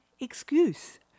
excuse